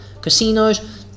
casinos